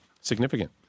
significant